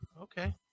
okay